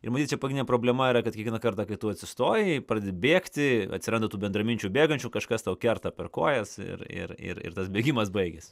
ir manyčiau čia problema yra kad kiekvieną kartą kai tu atsistojai pradedi bėgti atsiranda tų bendraminčių bėgančių kažkas tau kerta per kojas ir ir ir ir tas bėgimas baigias